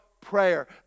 prayer